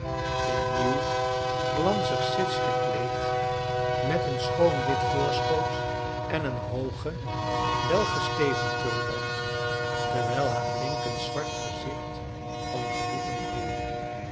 in nieuw glanzig sits gekleed met een schoon wit voorschoot en een hoogen welgesteven tulband terwijl haar blinkend zwart gezicht van genoegen gloeide